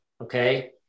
Okay